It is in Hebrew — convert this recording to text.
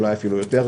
אולי אפילו יותר,